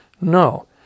No